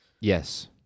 Yes